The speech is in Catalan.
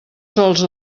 sols